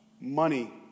money